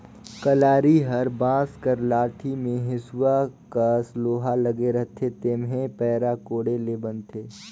कलारी हर बांस कर लाठी मे हेसुवा कस लोहा लगे रहथे जेम्हे पैरा कोड़े ले बनथे